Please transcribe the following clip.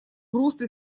русле